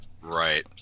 Right